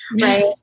right